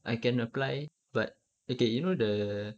I can apply but okay you know the